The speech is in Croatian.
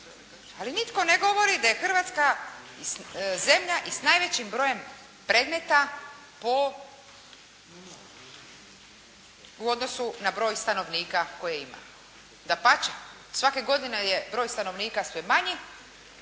Ali nitko ne govori da je Hrvatska zemlja i s najvećim brojem predmeta u odnosu na broj stanovnika koje ima. Dapače, svake godine je broj stanovnika sve manji,